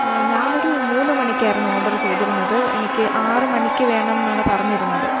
ആ ഞാൻ ഒരു മൂന്ന് മണിക്കായിരുന്നു ഓർഡർ ചെയ്തിരുന്നത് എനിക്ക് ആറ് മണിക്ക് വേണം എന്നാണ് പറഞ്ഞിരുന്നത്